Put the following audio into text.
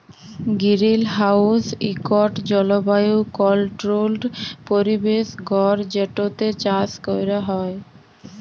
greenhouse ইকট জলবায়ু controlled পরিবেশ ঘর যেটতে চাষ ক্যরা হ্যয়